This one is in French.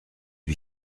lui